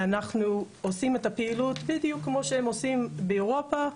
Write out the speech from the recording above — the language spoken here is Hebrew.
אנחנו עושים את הפעילות בדיוק כמו שהם עושים באירופה,